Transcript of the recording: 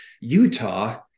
Utah